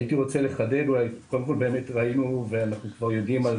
קודם כל באמת ראינו ואנחנו כבר יודעים על